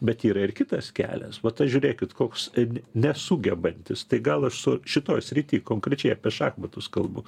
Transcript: bet yra ir kitas kelias vat aš žiūrėkit koks ne nesugebantis tai gal aš šitoj srity konkrečiai apie šachmatus kalbu